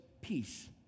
peace